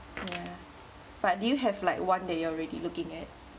ya but do you have like one that you are already looking at